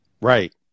Right